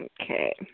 Okay